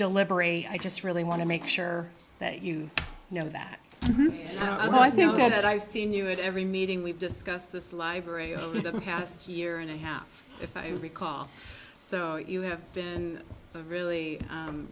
deliberate i just really want to make sure that you know that i know that i've seen you at every meeting we've discussed this library over the past year and a half if you recall so you have been really